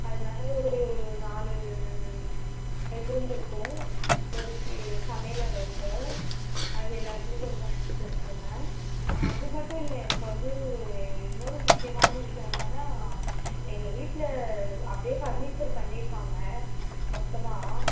அதனால் ஒரு நாலு பெட் ரூம் இருக்கும் ஒரு சமயலறை இருக்கும் அது எல்லாத்துக்கும் கொஞ்சம் அடித்து கொடுத்துருங்க அது மட்டும் இல்லை எனக்கு வந்து இன்னொரு முக்கியமான விஷயம் என்னென்னா எங்கள் வீட்டில் அப்படியே பர்னிச்சர் பண்ணியிருக்காங்க மொத்தமாக